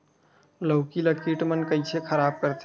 लौकी ला कीट मन कइसे खराब करथे?